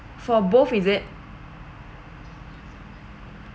for both is it